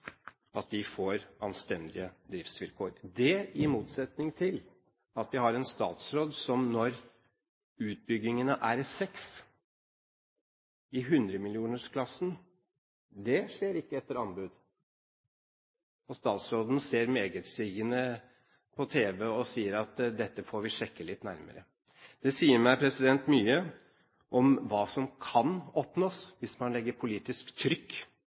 at de får anstendige driftsvilkår – i motsetning til at vi har en statsråd som når utbygginger i hundremillionersklassen ikke skjer etter anbud, ser megetsigende ut på tv og sier: Dette får vi sjekke litt nærmere. Det sier meg mye om hva som kan oppnås hvis man legger politisk trykk